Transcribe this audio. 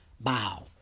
Bow